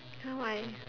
!huh! why